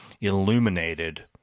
illuminated